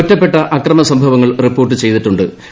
ഒറ്റപ്പെട്ട അക്രമ സംഭവങ്ങൾ റിപ്പോർട്ട് ചെയ്തിട്ടു ്